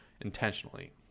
intentionally